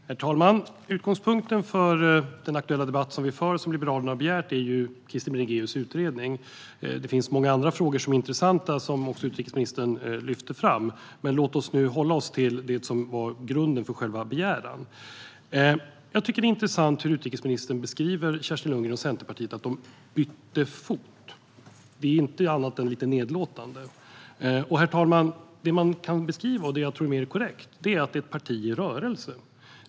Herr talman! Utgångspunkten för den aktuella debatt som vi nu för och som Liberalerna har begärt är Krister Bringéus utredning. Det finns många andra intressanta frågor som utrikesministern lyfte fram, men låt oss nu hålla oss till det som var grunden för själva begäran. Jag tycker att det är intressant hur utrikesministern beskriver Kerstin Lundgren och Centerpartiet: att de har bytt fot. Det är inget annat än lite nedlåtande. Man kan beskriva det, herr talman, och det tror jag är mer korrekt, som ett parti i rörelse.